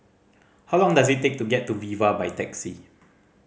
how long does it take to get to Viva by taxi